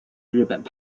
日本